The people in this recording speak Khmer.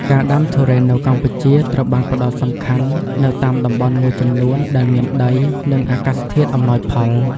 ការដាំទុរេននៅកម្ពុជាត្រូវបានផ្តោតសំខាន់នៅតាមតំបន់មួយចំនួនដែលមានដី និងអាកាសធាតុអំណោយផល។